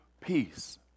peace